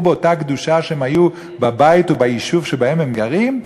באותה קדושה שהם היו בבית וביישוב שבהם הם גרים?